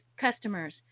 customers